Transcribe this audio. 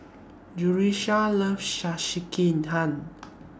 Jerusha loves Sekihan